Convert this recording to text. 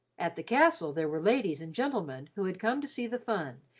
at the castle, there were ladies and gentlemen who had come to see the fun,